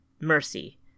Mercy